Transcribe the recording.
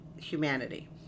humanity